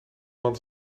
want